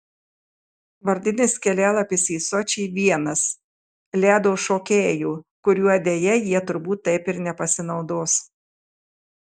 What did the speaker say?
vardinis kelialapis į sočį vienas ledo šokėjų kuriuo deja jie turbūt taip ir nepasinaudos